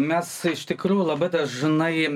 mes iš tikrųjų labai dažnai